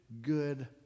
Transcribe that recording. good